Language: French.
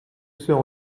ceux